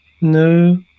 No